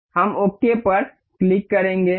हम ओके पर क्लिक करेंगे